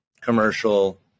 commercial